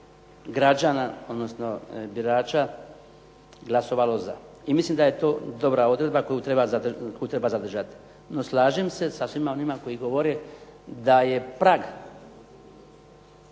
građana odnosno birača glasovalo za. I mislim da je to dobra odredba koju treba zadržati, no slažem se sa svima onima koji govore da je prag